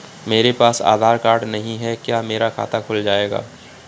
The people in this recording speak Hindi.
मेरे पास आधार कार्ड नहीं है क्या मेरा खाता खुल जाएगा?